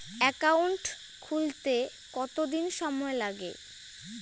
Account খুলতে কতদিন সময় লাগে?